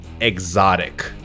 exotic